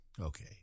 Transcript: Okay